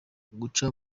guca